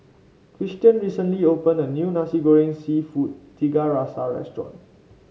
Cristian recently opened a new Nasi Goreng seafood Tiga Rasa restaurant